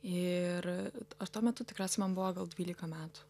ir ar tuo metu tikriausia man buvo gal dvylika metų